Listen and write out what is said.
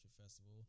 Festival